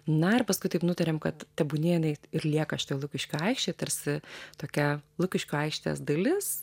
na ir paskui taip nutarėme kad tebūnie jinai ir lieka šitoj lukiškių aikštėj tarsi tokia lukiškių aikštės dalis